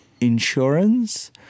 insurance